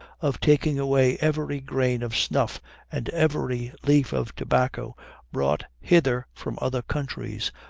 of taking away every grain of snuff and every leaf of tobacco brought hither from other countries,